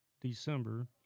December